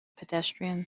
pedestrian